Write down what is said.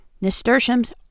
Nasturtiums